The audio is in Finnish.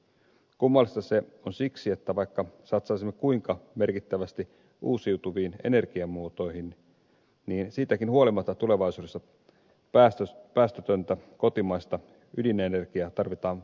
kummallista se on siksi että vaikka satsaisimme kuinka merkittävästi uusiutuviin energiamuotoihin niin siitäkin huolimatta tulevaisuudessa päästötöntä kotimaista ydinenergiaa tarvitaan paljon lisää